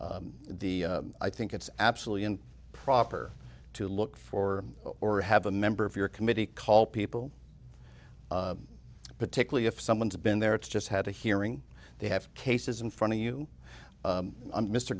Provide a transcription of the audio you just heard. the i think it's absolutely and proper to look for or have a member of your committee call people particularly if someone's been there it's just had a hearing they have cases in front of you